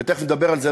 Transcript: ותכף נדבר על זה,